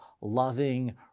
loving